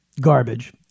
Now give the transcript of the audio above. garbage